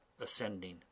ascending